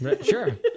sure